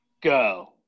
go